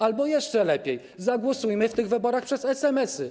Albo jeszcze lepiej: zagłosujmy w tych wyborach drogą SMS-ową.